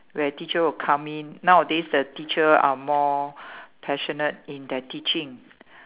where teacher will come in nowadays the teacher are more passionate in their teaching